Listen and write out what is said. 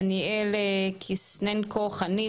דניאל קיסנקו חניך,